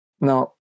Now